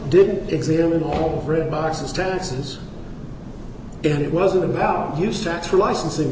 didn't examine all red boxes taxes and it wasn't about use tax for licensing